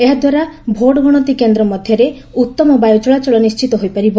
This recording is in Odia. ଏହା ଦ୍ୱାରା ଭୋଟ୍ ଗଣତି କେନ୍ଦ୍ର ମଧ୍ୟରେ ଉତ୍ତମ ବାୟୁ ଚଳାଚଳ ନିଶ୍ଚିତ ହୋଇପାରିବ